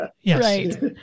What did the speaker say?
Yes